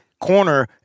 corner